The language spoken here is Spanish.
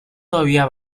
todavía